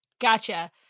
Gotcha